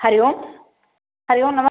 हरिः ओं हरिः ओं नमः